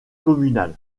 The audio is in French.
communal